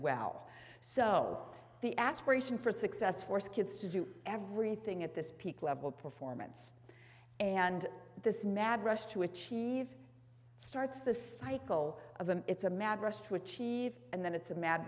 well so the aspiration for success force kids to do everything at this peak level performance and this mad rush to achieve starts the cycle of a it's a mad rush to achieve and then it's a mad